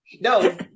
No